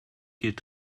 gilt